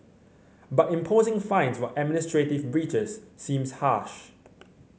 but imposing fines for administrative breaches seems harsh